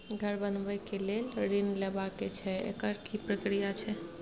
घर बनबै के लेल ऋण लेबा के छै एकर की प्रक्रिया छै?